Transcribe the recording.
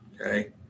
Okay